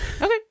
Okay